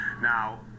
Now